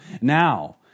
now